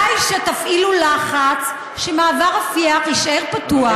כדאי שתפעילו לחץ שמעבר רפיח יישאר פתוח,